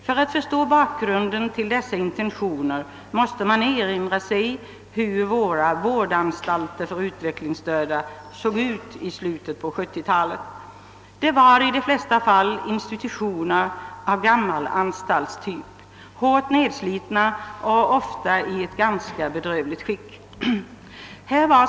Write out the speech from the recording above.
För att förstå bakgrunden härtill måste man erinra sig hur våra vårdanstalter för utvecklingsstörda såg ut i slutet på 1940-talet. Det var i de flesta fall institutioner av gammal anstaltstyp, hårt nedslitna och ofta i ett ganska bedrövligt skick.